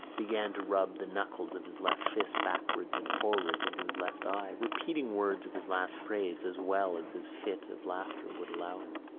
began to rub the knuckles of his left fist backwards and forwards into his left eye, repeating words of his last phrase as well as his fit of laughter would allow him.